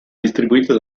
distribuito